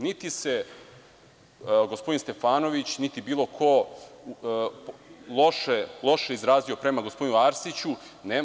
Niti se gospodin Stefanović, niti bilo ko loše izrazio prema gospodinu Arsiću.